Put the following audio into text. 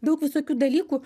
daug visokių dalykų